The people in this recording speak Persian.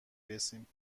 رسیم